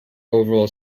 overall